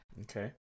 Okay